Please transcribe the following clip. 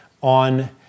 on